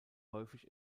häufig